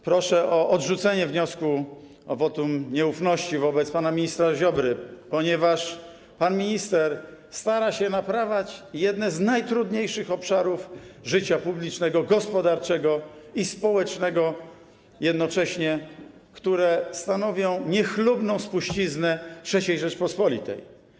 Proszę o odrzucenie wniosku o wotum nieufności wobec pana ministra Ziobry, ponieważ pan minister stara się naprawiać jedne z najtrudniejszych obszarów życia publicznego, gospodarczego i społecznego jednocześnie, które stanowią niechlubną spuściznę III Rzeczypospolitej.